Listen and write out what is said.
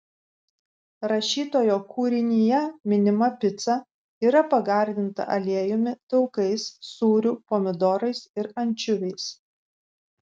rašytojo kūrinyje minima pica yra pagardinta aliejumi taukais sūriu pomidorais ir ančiuviais